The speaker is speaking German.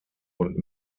und